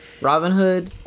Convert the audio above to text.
Robinhood